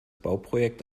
bauprojekt